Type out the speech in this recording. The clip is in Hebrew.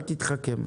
אל תתחכם.